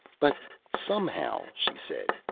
but somehow, she said,